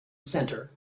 center